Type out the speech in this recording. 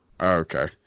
Okay